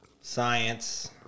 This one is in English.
science